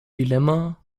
dilemma